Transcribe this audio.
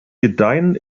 gedeihen